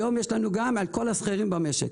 היום יש לנו גם על כל השכירים במשק,